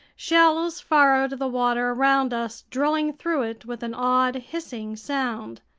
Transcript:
shells furrowed the water around us, drilling through it with an odd hissing sound.